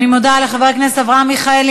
אני מודה לחבר הכנסת אברהם מיכאלי.